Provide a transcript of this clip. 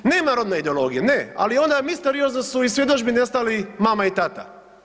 Nema rodne ideologije, ne, ali onda misteriozno su iz svjedodžbi nestali mama i tata.